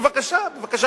בבקשה, בבקשה.